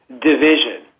division